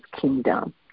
kingdom